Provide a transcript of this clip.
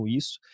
isso